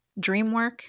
Dreamwork